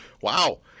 Wow